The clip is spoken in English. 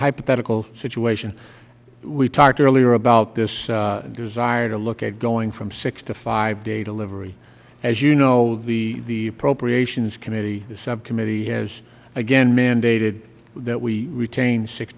hypothetical situation we talked earlier about this desire to look at going from six to five day delivery as you know the appropriations committee the subcommittee has again mandated that we retain six